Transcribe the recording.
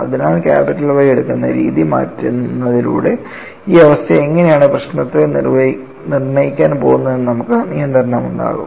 അതിനാൽക്യാപിറ്റൽ Y എടുക്കുന്ന രീതി മാറ്റുന്നതിലൂടെ ഈ അവസ്ഥ എങ്ങനെയാണ് പ്രശ്നത്തെ നിർണ്ണയിക്കാൻ പോകുന്നതെന്ന് നമുക്ക് നിയന്ത്രണമുണ്ടാകും